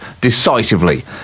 decisively